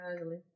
ugly